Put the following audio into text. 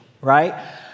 right